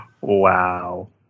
Wow